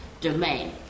domain